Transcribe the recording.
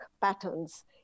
patterns